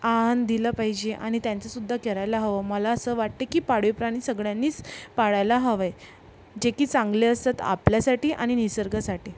आन दिलं पाहिजे आणि त्यांचंसुद्धा करायला हवं मला असं वाटते की पाळीव प्राणी सगळ्यांनीच पाळायला हवंय जे की चांगले असतात आपल्यासाठी आणि निसर्गासाठी